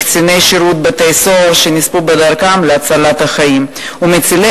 קציני שירות בתי-הסוהר שנספו בדרכם להצלת החיים ומצילי